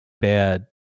bad